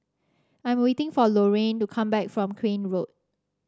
I'm waiting for Lorrayne to come back from Crane Road